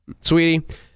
sweetie